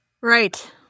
Right